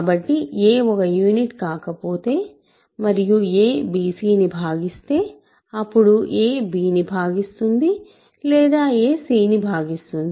కాబట్టి a ఒక unit కాకపోతే మరియు a bc ని భాగిస్తే అప్పుడు a bని భాగిస్తుంది లేదా a c ను భాగిస్తుంది